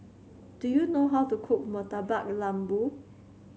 do you know how to cook Murtabak Lembu